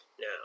now